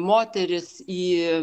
moteris į